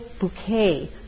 bouquet